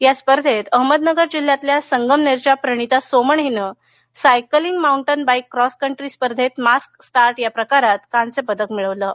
या स्पर्धेत अहमदनगर जिल्ह्यातल्या संगमनेरच्या प्रणिता सोमण हीने cycling mountain bike cross country स्पर्धेत मास्क स्टार्ट या प्रकारात कांस्य पदक मिळवले आहे